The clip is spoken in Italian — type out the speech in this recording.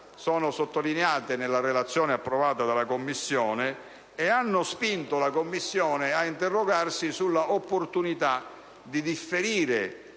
sono sottolineate nella relazione approvata dalla Commissione e hanno spinto la stessa ad interrogarsi sulla opportunità di differire